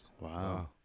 Wow